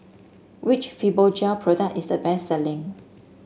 which Fibogel product is the best selling